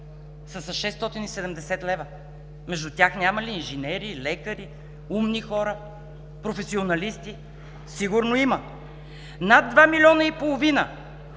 са със 670 лв. Между тях няма ли инженери, лекари, умни хора, професионалисти? Сигурно има. Над два милиона и половина